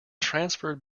transferred